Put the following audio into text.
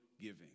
giving